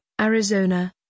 Arizona